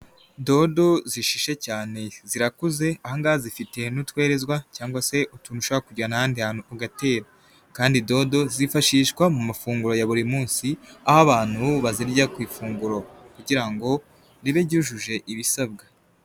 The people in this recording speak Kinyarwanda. Dodo zishishe cyane zirakuze aha ngaha zifitehe n'utwerezwa cyangwa se utuntu ushobora kujyana ahandi hantu ugatera kandi dodo zifashishwa mu mafunguro ya buri munsi aho abantu bazirya ku ifunguro kugira ngo ribe ryujuje ibisabwa.